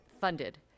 funded